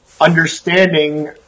understanding